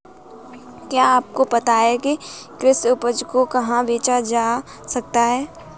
क्या आपको पता है कि कृषि उपज को कहाँ बेचा जा सकता है?